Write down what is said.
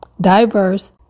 diverse